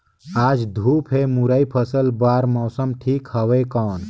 आज धूप हे मुरई के फसल बार मौसम ठीक हवय कौन?